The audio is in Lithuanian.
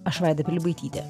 aš vaida pilibaitytė